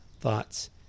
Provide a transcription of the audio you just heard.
thoughts